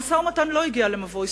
המשא-ומתן לא הגיע למבוי